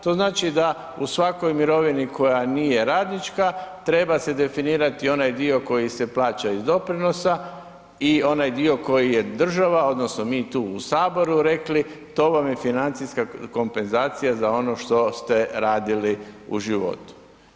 To znači da u svakoj mirovini koja nije radnička treba se definirati onaj dio koji se plaća iz doprinosa i onaj dio koji je država, odnosno mi tu u Saboru rekli, to vam je financijska kompenzacija za ono što ste radili u životu.